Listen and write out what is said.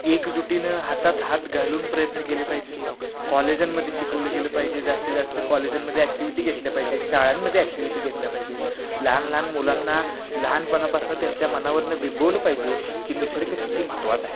एकजुटीनं हातात हात घालून प्रयत्न केले पाहिजेत कॉलेजांमध्ये शिकवलं गेलं पाहिजे जास्तीत जास्त कॉलेजांमध्ये ॲक्टिव्हिटी घेतल्या पाहिजेत शाळांमध्ये ॲक्टिव्हिटी घेतल्या पाहिजेत लहान लहान मुलांना लहानपणापासनं त्यांच्या मनावरनं बिंबवलं पाहिजे की निसर्ग किती महत्त्वाचा आहे